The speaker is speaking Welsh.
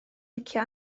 licio